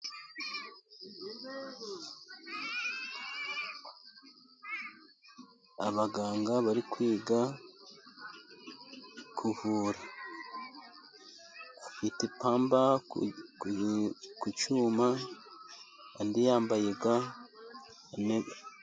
Abaganga bari kwiga kuvura. Bafite ipamba ku cyuma, undi yambaye ga...